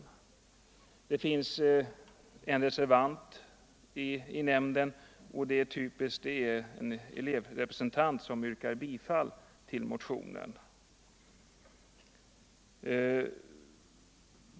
En ledamot av nämnden har reserverat sig, och det är typiskt nog en elevrepresentant som yrkat bifall till motionen.